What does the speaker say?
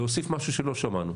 להוסיף משהו שלא שמענו.